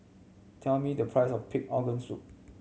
tell me the price of pig organ soup